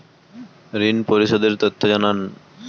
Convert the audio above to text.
ঋন পরিশোধ এর তথ্য জানান